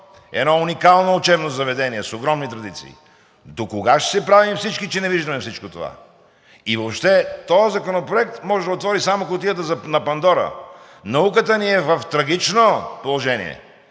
едно уникално учебно заведение с огромни традиции. Докога ще се правим всички, че не виждаме всичко това? И въобще този законопроект може да отвори само кутията на Пандора. Науката ни е в трагично положение.